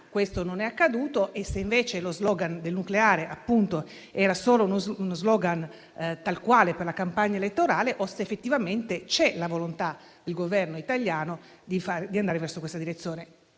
questo non è accaduto; se lo *slogan* del nucleare fosse solo uno *slogan* tal quale per la campagna elettorale o se effettivamente vi sia la volontà del Governo italiano di andare verso questa direzione.